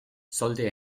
sollte